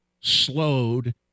slowed